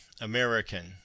American